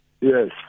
Yes